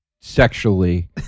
sexually